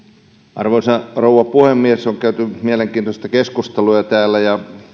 arvoisa rouva puhemies on käyty mielenkiintoista keskustelua täällä ja